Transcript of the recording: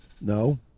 No